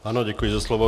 Ano, děkuji za slovo.